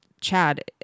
Chad